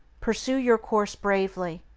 pursue your course bravely.